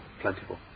plentiful